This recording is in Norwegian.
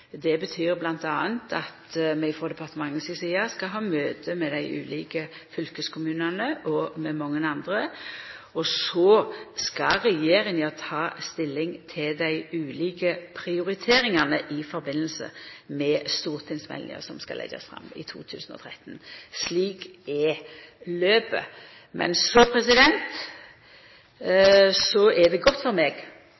betyr bl.a. at vi frå departementet si side skal ha møte med dei ulike fylkeskommunane og med mange andre, og så skal regjeringa ta stilling til dei ulike prioriteringane i samband med stortingsmeldinga som skal leggjast fram i 2013. Slik er løpet. Så